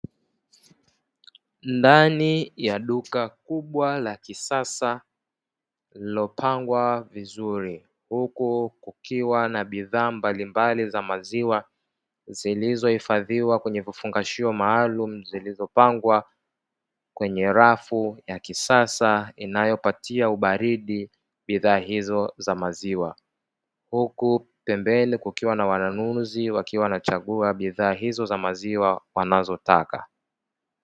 Ndani ya duka kubwa la kisasa lililopangwa vizuri, huku kukiwa na bidhaa mbalimbali za maziwa zilizohifadhiwa kwenye vifungashio maalumu, zilizopangwa kwenye rafu ya kisasa inayopatia ubaridi bidhaa hizo za maziwa, huku pembeni kukiwa na wanunuzi wakiwa wanachagua bidhaa hizo za maziwa wanazotaka.